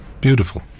beautiful